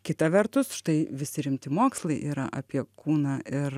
kita vertus štai visi rimti mokslai yra apie kūną ir